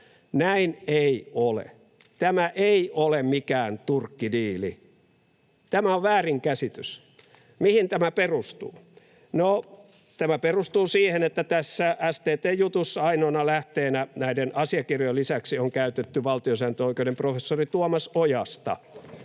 Näin ei ole. Tämä ei ole mikään ”Turkki-diili”. Tämä on väärinkäsitys. Mihin tämä perustuu? No, tämä perustuu siihen, että tässä STT:n jutussa ainoana lähteenä näiden asiakirjojen lisäksi on käytetty valtiosääntöoikeuden professori Tuomas Ojasta,